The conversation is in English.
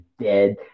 dead